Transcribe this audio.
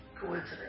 coincidence